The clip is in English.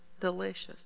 delicious